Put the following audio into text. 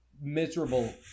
miserable